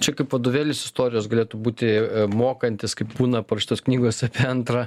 čia kaip vadovėlis istorijos galėtų būti mokantis kaip būna parašytos knygos apie antrą